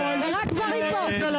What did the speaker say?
שרק גברים פה.